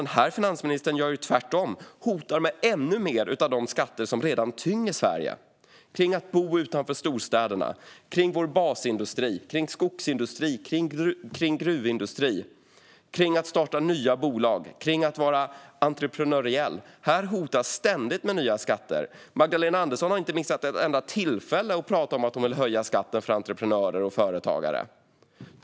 Den här finansministern gör tvärtom och hotar med ännu mer av de skatter som redan tynger Sverige när det gäller att bo utanför storstäderna, när det gäller vår basindustri, skogsindustri och gruvindustri och när det gäller att starta nya bolag och att vara entreprenöriell. Här hotas ständigt med nya skatter. Magdalena Andersson har inte missat ett enda tillfälle att prata om att hon vill höja skatten för entreprenörer och företagare.